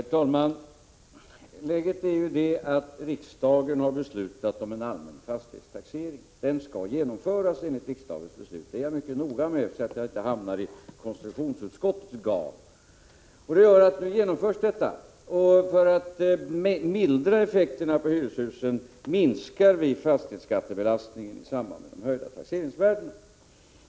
Herr talman! Läget är ju det att riksdagen har beslutat om en allmän fastighetstaxering. Den skall enligt riksdagens beslut genomföras. Jag är mycket noga med detta, så att jag inte hamnar i konstitutionsutskottets garn. Nu genomförs detta och för att mildra effekterna när det gäller hyreshusen minskar vi fastighetsskattebelastningen i samband med höjningen av taxeringsvärdena.